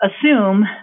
assume